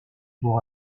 pour